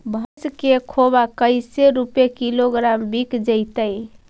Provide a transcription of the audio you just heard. भैस के खोबा कैसे रूपये किलोग्राम बिक जइतै?